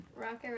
Rocket